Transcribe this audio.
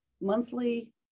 monthly